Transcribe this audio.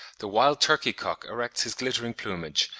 the wild turkey-cock erects his glittering plumage,